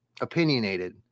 opinionated